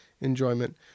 enjoyment